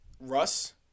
Russ